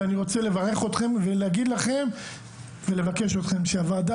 ואני רוצה לברך אתכם ולבקש מכם שהוועדה